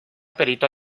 perito